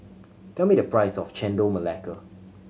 tell me the price of Chendol Melaka